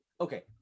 okay